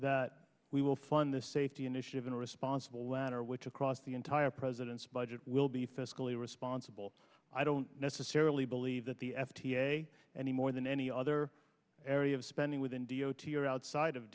that we will fund the safety initiative in a responsible letter which across the entire president's budget will be fiscally responsible i don't necessarily believe that the f d a any more than any other area of spending within d o t or outside of